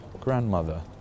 grandmother